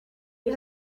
you